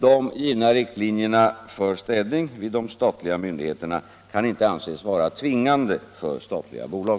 De givna riktlinjerna för städning vid de statliga myndigheterna kan inte anses vara tvingande för statliga bolag.